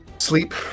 sleep